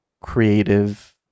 creative